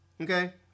okay